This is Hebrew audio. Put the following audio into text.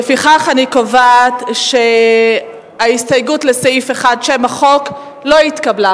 לפיכך אני קובעת שההסתייגות לשם החוק לא התקבלה.